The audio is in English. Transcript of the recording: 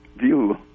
view